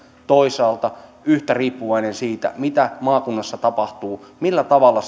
toisaalta yhtä riippuvaisia siitä mitä maakunnassa tapahtuu millä tavalla